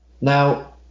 now